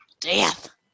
Death